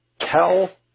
tell